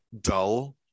dull